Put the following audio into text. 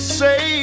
say